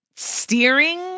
steering